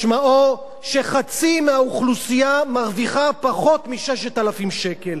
משמעו שחצי מהאוכלוסייה מרוויחה פחות מ-6,000 שקל.